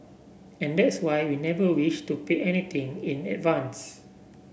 and that's why we never wished to pay anything in advance